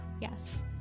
Yes